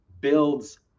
builds